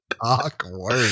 awkward